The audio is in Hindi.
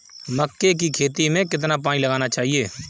मक्के की खेती में कितना पानी लगाना चाहिए?